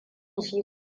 shi